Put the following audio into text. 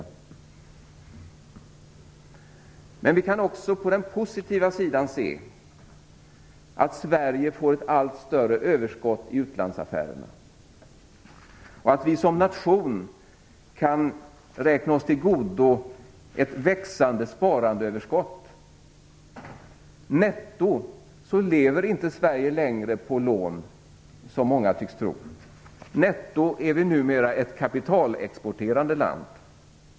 Men vi kan också på den positiva sidan se att Sverige får ett allt större överskott i utlandsaffärerna och att vi som nation kan räkna oss till godo ett växande sparandeöverskott. Netto lever Sverige inte längre på lån, som många tycks tro. Netto är vi numera ett kapitalexporterande land.